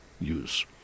use